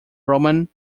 roman